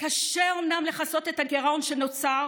קשה אומנם לכסות את הגירעון שנוצר